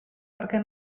perquè